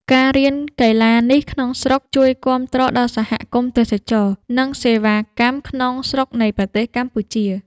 ការរៀនកីឡានេះក្នុងស្រុក ជួយគាំទ្រដល់សហគមន៍ទេសចរណ៍ និងសេវាកម្មក្នុងស្រុកនៃប្រទេសកម្ពុជា។